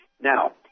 Now